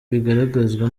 bigaragazwa